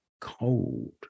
cold